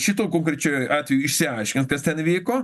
šituo konkrečiu atveju išsiaiškint kas ten įvyko